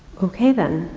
okay, then.